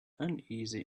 uneasy